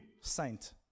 saint